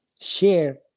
share